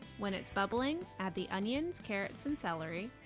when it's bubbling, add the onions, carrots, and celery,